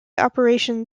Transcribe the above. operation